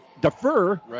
defer